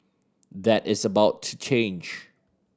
that is about to change